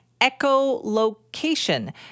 echolocation